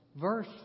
Verse